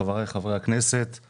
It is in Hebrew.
חבריי חברי הכנסת,